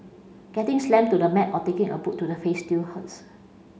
getting slammed to the mat or taking a boot to the face still hurts